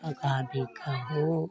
हो